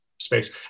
space